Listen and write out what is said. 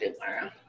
tomorrow